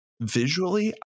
Visually